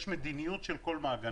יש מדיניות של כל מעגנה.